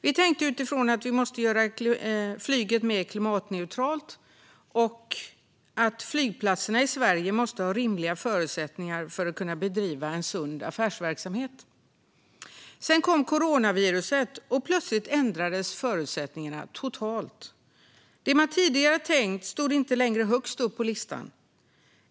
Vi tänkte utifrån att vi måste göra flyget mer klimatneutralt och att flygplatserna i Sverige måste ha rimliga förutsättningar för att kunna bedriva sund affärsverksamhet. Sedan kom coronaviruset, och plötsligt ändrades förutsättningarna totalt. Det man tidigare tänkt stod inte längre högst upp på listan.